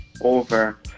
over